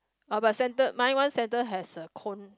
uh but centre mine one centre has a cone